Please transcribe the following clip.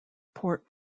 port